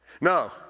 No